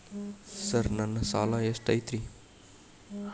Sir ನನ್ನ ಸಾಲಾ ಎಷ್ಟು ಐತ್ರಿ?